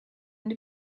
end